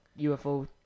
UFO